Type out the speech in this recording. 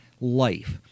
life